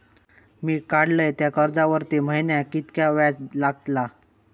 मी काडलय त्या कर्जावरती महिन्याक कीतक्या व्याज लागला?